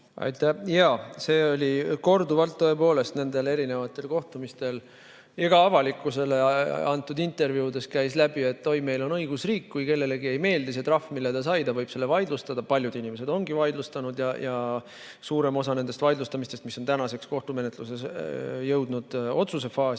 Jaa, see kõlas tõepoolest korduvalt nendel erinevatel kohtumistel. Ka avalikkusele antud intervjuudest käis läbi, et oi, meil on õigusriik ja kui kellelegi ei meeldi see trahv, mille ta sai, siis ta võib selle vaidlustada. Paljud inimesed ongi vaidlustanud. Suurem osa nendest vaidlustamistest, mis on tänaseks kohtumenetluses jõudnud otsusefaasi,